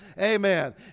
amen